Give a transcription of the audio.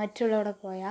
മറ്റുള്ളവടെ പോയാ